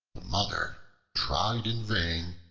mother tried in vain,